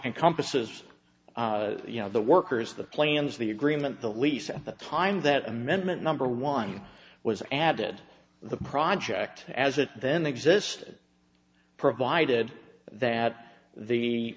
encompasses you know the workers the plans the agreement the lease at the time that amendment number one was added the project as it then existed provided that